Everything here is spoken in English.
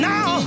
Now